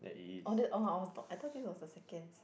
orh the orh I was thought I thought this was the seconds